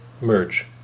merge